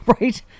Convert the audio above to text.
right